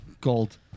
Gold